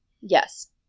Yes